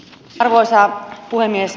arvoisa puhemies